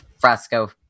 fresco